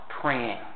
praying